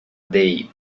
day